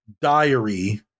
diary